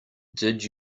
did